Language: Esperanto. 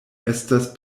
estas